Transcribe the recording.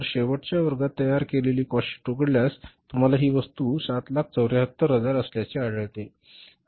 तर शेवटच्या वर्गात तयार केलेली काॅस्ट शीट उघडल्यास तुम्हाला ही वस्तू 774000 असल्याचे आढळेल